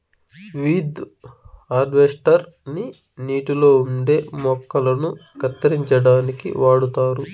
weed harvester ని నీటిలో ఉండే మొక్కలను కత్తిరించడానికి వాడుతారు